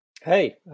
Hey